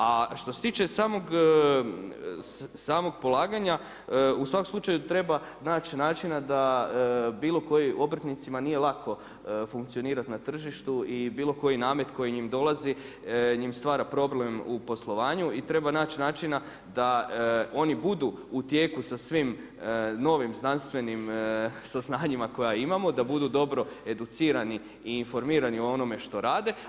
A što se tiče samog polaganja, u svakom slučaju treba naći načina da bilo kojim obrtnicima nije lako funkcionirati na tržištu i bilo koji namet koji im dolazi im stvara problem u poslovanju i treba naći načina da oni budu u tijeku sa svim novim znanstvenim saznanjima koja imamo, da budu dobro educirani i informirani o onome što rade.